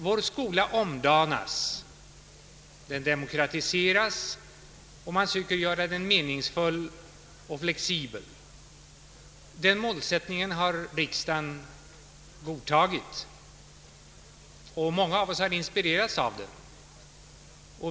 Vår skola omdanas, den demokratiseras, och man söker göra den meningsfull och flexibel. Den målsättningen har riksdagen godtagit. Många av oss har inspirerats av det.